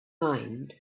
mind